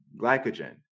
glycogen